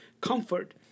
comfort